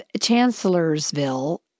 Chancellorsville